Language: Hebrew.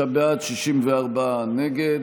55 בעד, 64 נגד.